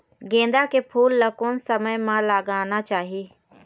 गेंदा के फूल ला कोन समय मा लगाना चाही?